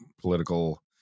political